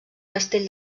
castell